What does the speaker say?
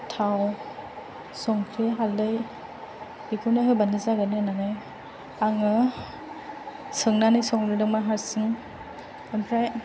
थाव संख्रि हालदै बेखौनो होबानो जागोन होन्नानै आङो सोंनानै संग्रोदोंमोन हारसिं ओमफ्राय